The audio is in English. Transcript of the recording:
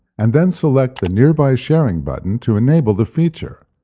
and then select the nearby sharing button to enable the feature.